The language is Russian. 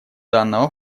данного